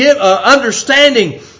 understanding